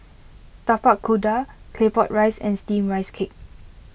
Tapak Kuda Claypot Rice and Steamed Rice Cake